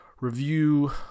review